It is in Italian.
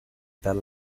per